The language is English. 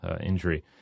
injury –